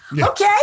Okay